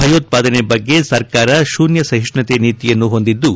ಭಯೋತ್ಪಾದನೆ ಬಗ್ಗೆ ಸರ್ಕಾರ ಶೂನ್ತ ಸಹಿಷ್ಟುತೆ ನೀತಿಯನ್ನು ಹೊಂದಿದ್ದು